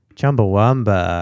Chumbawamba